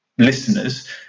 listeners